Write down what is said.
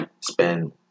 spend